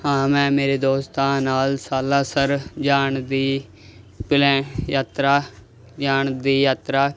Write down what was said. ਹਾਂ ਮੈਂ ਮੇਰੇ ਦੋਸਤਾਂ ਨਾਲ ਸਾਲਾਸਰ ਜਾਣ ਦੀ ਪਲੈ ਯਾਤਰਾ ਜਾਣ ਦੀ ਯਾਤਰਾ